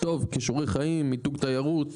כישורי חיים, מיתוג תיירות,